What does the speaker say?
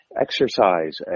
exercise